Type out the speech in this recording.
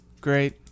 Great